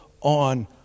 on